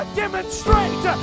demonstrate